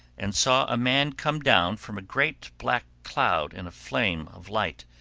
and saw a man come down from a great black cloud in a flame of light.